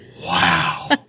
Wow